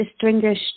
distinguish